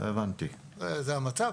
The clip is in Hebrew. זה המצב.